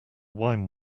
wine